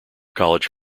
college